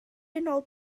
unol